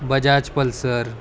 Bajaj Pulsar